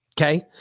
okay